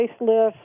facelift